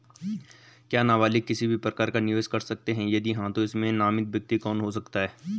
क्या नबालिग किसी भी प्रकार का निवेश कर सकते हैं यदि हाँ तो इसमें नामित व्यक्ति कौन हो सकता हैं?